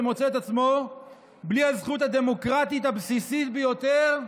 ומוצא את עצמו בלי הזכות הדמוקרטית הבסיסית ביותר,